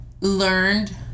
learned